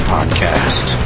Podcast